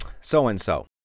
so-and-so